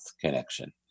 connection